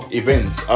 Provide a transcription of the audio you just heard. events